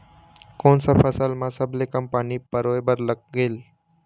कोन सा फसल मा सबले कम पानी परोए बर लगेल?